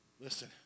Listen